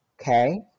okay